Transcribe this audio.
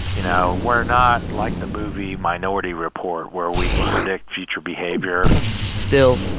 you know, we're not like the movie minority report, where we can predict future behavior still,